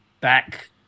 back